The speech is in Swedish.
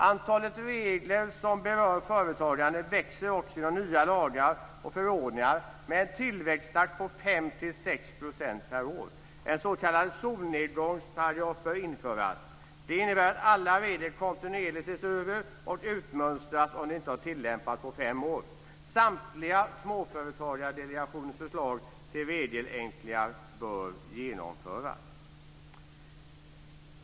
Antalet regler som berör företagande växer också genom nya lagar och förordningar med en tillväxttakt på 5 till 6 % per år. En så kallad solnedgångsparagraf bör införas. Det innebär att alla regler kontinuerligt ses över och utmönstras om de inte har tillämpats på fem år. Samtliga småföretagsdelegationens förslag till regelförenklingar bör genomföras.